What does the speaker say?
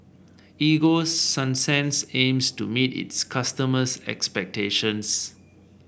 Ego Sunsense aims to meet its customers' expectations